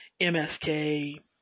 MSK